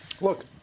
Look